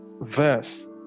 verse